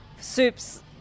Soup's